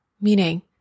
meaning